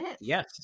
Yes